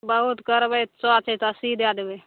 बहुत करबै तऽ सए छै तऽ अस्सी दए दबै